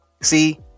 see